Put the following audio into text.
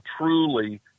truly